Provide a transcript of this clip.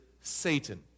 Satan